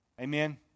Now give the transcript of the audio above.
Amen